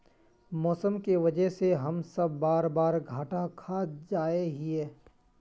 मौसम के वजह से हम सब बार बार घटा खा जाए हीये?